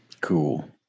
Cool